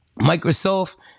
Microsoft